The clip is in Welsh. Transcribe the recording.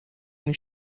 mewn